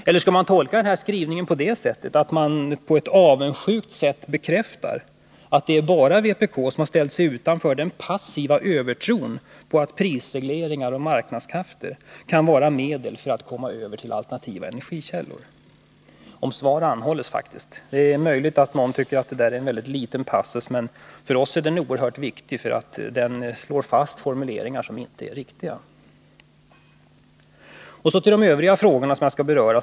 Eller skall man tolka skrivningen som ett avundsjukt bekräftande av att det bara är vpk som har ställt sig utanför den passiva övertron på att prisregleringar och marknadskrafter är medel för att komma över till alternativa energikällor? Om svar anhålles. Det är som sagt möjligt att någon tycker att detta är en petitess, men för oss är skrivningen oerhört viktig eftersom den slår fast formuleringar som inte är riktiga. Så till de övriga frågorna som jag skall beröra.